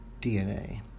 DNA